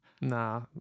nah